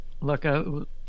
Look